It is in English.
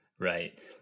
Right